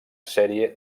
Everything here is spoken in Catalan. sèrie